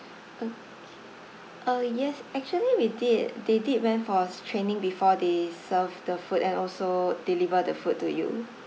okay uh yes actually we did they did went for training before they serve the food and also deliver the food to you